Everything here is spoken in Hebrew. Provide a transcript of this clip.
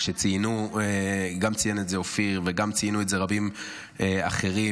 וציין את זה אופיר וציינו רבים אחרים,